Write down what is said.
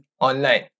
online